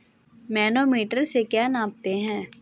Manometer से क्या नापते हैं?